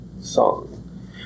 song